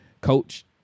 coach